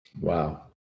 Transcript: Wow